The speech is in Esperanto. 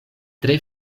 tre